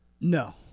No